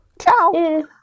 Ciao